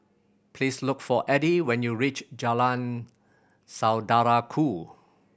please look for Eddie when you reach Jalan Saudara Ku